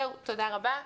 תודה רבה.